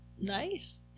nice